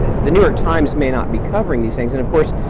the new york times may not be covering these things, and of course,